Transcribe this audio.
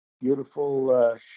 beautiful